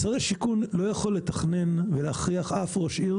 משרד השיכון לא יכול לתכנן ולהכריח אף ראש עיר